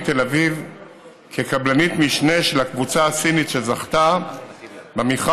תל אביב כקבלנית משנה של הקבוצה הסינית שזכתה במכרז,